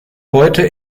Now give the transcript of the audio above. heute